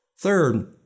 Third